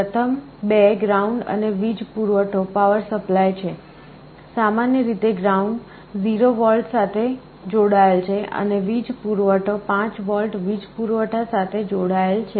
પ્રથમ 2 ગ્રાઉન્ડ અને વીજ પુરવઠો છે સામાન્ય રીતે ગ્રાઉન્ડ 0V સાથે જોડાયેલ છે અને વીજ પુરવઠો 5V વીજ પુરવઠા સાથે જોડાયેલ છે